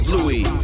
Louie